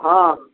हँ